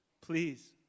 Please